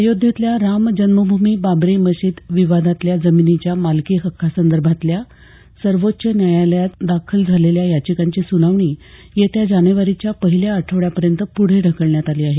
अयोध्येतल्या राम जन्मभूमी बाबरी मशीद विवादातल्या जमिनीच्या मालकी हक्का संदर्भातल्या सर्वोच्च न्यायालयात दाखल झालेल्या याचिकांची सुनावणी येत्या जानेवारीच्या पहिल्या आठवड्यापर्यंत पुढे ढकलण्यात आली आहे